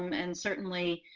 um and certainly,